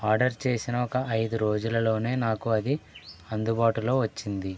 order చేసిన ఒక ఐదు రోజులలో నాకు అది అందుబాటులో వచ్చింది